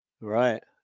Right